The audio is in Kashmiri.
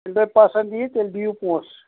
ییٚلہِ تۄہہِ پسنٛد یی تیٚلہِ دِیِو پونٛسہٕ